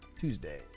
Tuesday